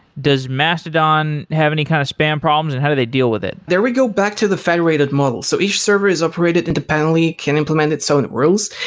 does mastodon have any kind of spam problems and how do they deal with it? there we go back to the federated model. so each server is operated independently, can implement its own rules.